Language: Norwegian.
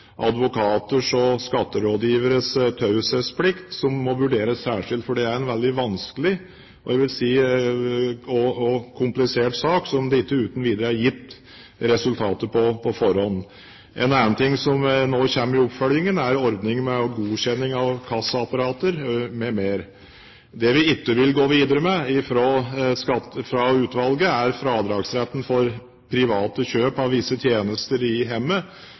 advokater og skatterådgiveres taushetsplikt, som må vurderes særskilt, for det er en veldig vanskelig og komplisert sak, der resultatet ikke uten videre er gitt på forhånd. En annen ting som nå kommer i oppfølgingen, er ordningen med godkjenning av kassaapparater m.m. Det vi ikke vil gå videre med fra utvalget, er fradragsretten for private kjøp av visse tjenester i